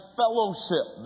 fellowship